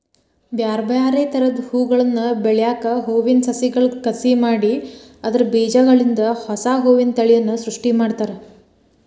ಬ್ಯಾರ್ಬ್ಯಾರೇ ತರದ ಹೂಗಳನ್ನ ಬೆಳ್ಯಾಕ ಹೂವಿನ ಸಸಿಗಳ ಕಸಿ ಮಾಡಿ ಅದ್ರ ಬೇಜಗಳಿಂದ ಹೊಸಾ ಹೂವಿನ ತಳಿಯನ್ನ ಸೃಷ್ಟಿ ಮಾಡ್ತಾರ